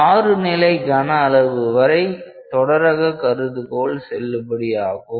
மாறுநிலை கன அளவு வரை தொடரக கருதுகோள் செல்லுபடியாகும்